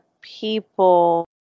people